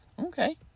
Okay